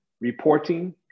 reporting